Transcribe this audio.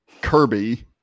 Kirby